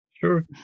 Sure